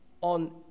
on